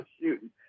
shooting